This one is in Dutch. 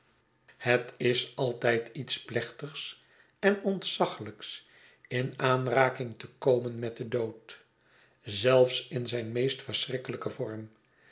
het is altijd iets plechtigs en ontzaglijks in aanraking te komen met den dood zelfs in zijn meest verschrikkelijken vorm